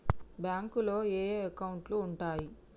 బ్యాంకులో ఏయే అకౌంట్లు ఉంటయ్?